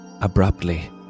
Abruptly